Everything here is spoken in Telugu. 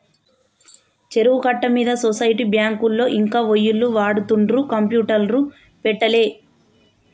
చెరువు కట్ట మీద సొసైటీ బ్యాంకులో ఇంకా ఒయ్యిలు వాడుతుండ్రు కంప్యూటర్లు పెట్టలే